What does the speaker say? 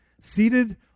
seated